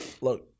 look